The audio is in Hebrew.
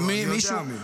אני יודע מי.